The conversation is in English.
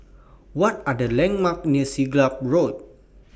What Are The landmarks near Siglap Road